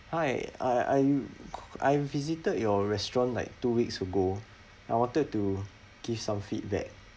hi uh I go I've visited your restaurant like two weeks ago I wanted to give some feedback